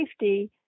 safety